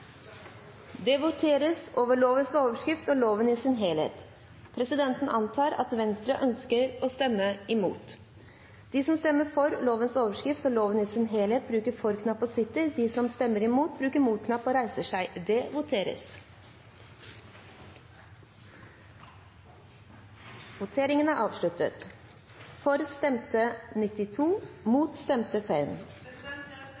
Det voteres over lovens overskrift og loven i sin helhet. Presidenten antar at Venstre ønsker å stemme imot. Voteringstavlene viste at det var avgitt 92 stemmer for og 5 stemmer imot lovens overskrift og loven i sin helhet. Jeg stemte ved en feiltagelse ikke. For stemte